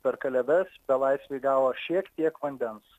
per kalėdas belaisviai gavo šiek tiek vandens